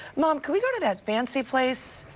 um can we go to that fancy place,